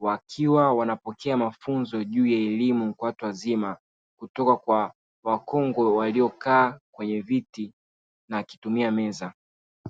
wakiwa wanapokea mafunzo juu ya elimu ya watu wazima kutoka kwa wakongwe waliokaa kwenye viti na akitumia meza.